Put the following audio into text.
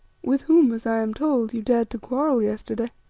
with whom, as i am told, you dared to quarrel yesterday.